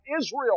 Israel